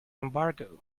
embargo